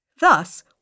Thus